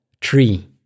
tree